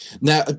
Now